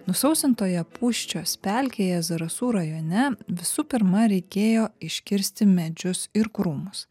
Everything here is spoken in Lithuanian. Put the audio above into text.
nusausintoje pūsčios pelkėje zarasų rajone visų pirma reikėjo iškirsti medžius ir krūmus